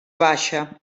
baixa